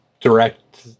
direct